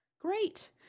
Great